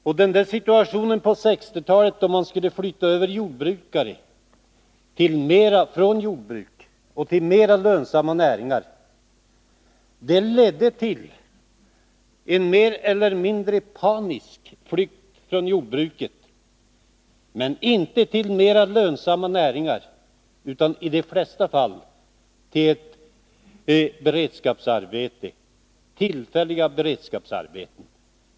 När man på 1960-talet skulle flytta över folk från jordbruket till mera lönsamma näringar, ledde det till en mer eller mindre panisk flykt från jordbruket — men inte till mera lönsamma näringar utan i de flesta fall till tillfälliga beredskapsarbeten.